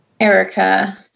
Erica